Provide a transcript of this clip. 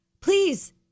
please